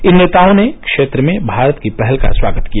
इन नेताओं ने क्षेत्र में भारत की पहल का स्वागत किया